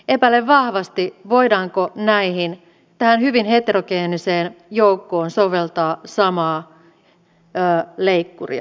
epäilen vahvasti voidaanko tähän hyvin heterogeeniseen joukkoon soveltaa samaa leikkuria